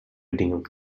bedingen